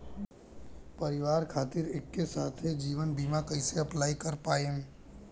परिवार खातिर एके साथे जीवन बीमा कैसे अप्लाई कर पाएम?